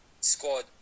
scored